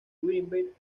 wittenberg